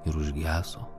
ir užgeso